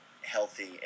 healthy